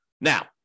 Now